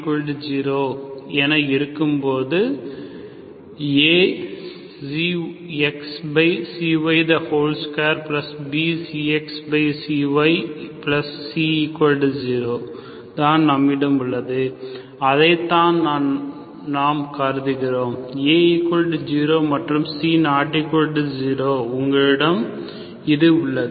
A≠0 என இருக்கும்போது A ξx ξy2B ξx ξyC0 தான் நம்மிடம் உள்ளது அதைத்தான் நாம் கருதுகிறோம் A0 மற்றும் C≠0 உங்களிடம் இது உள்ளது